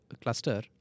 cluster